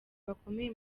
bakomeye